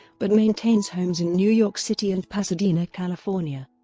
but maintains homes in new york city and pasadena, california.